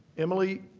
emily,